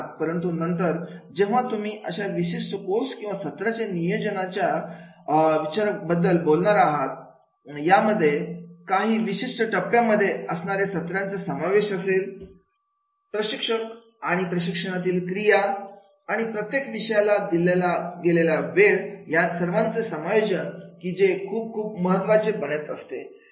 परंतु नंतर जेव्हा तुम्ही अशा विशिष्ट कोर्स किंवा सत्रांचे नियोजनाच्या विज्ञानाबद्दल बोलणार आहात यामध्ये काही विशिष्ट टप्प्यांमध्ये असणारे सत्रांचा समावेश असेल प्रशिक्षक आणि प्रशिक्षणातील क्रिया आणि आणि प्रत्येक विषयाला दिला गेलेला वेळ या सर्वांचा समायोजन की जे खूप खूप महत्वाचं म्हणत असतं